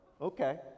okay